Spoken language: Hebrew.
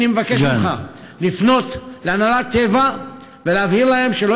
אני מבקש ממך לפנות להנהלת טבע ולהבהיר להם שלא